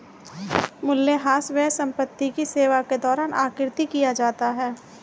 मूल्यह्रास व्यय संपत्ति की सेवा के दौरान आकृति किया जाता है